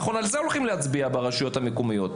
נכון על זה הולכים להצביע ברשויות המקומיות.